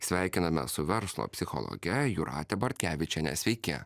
sveikiname su verslo psichologe jūrate bortkevičiene sveiki